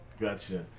Gotcha